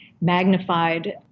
magnified